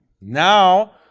Now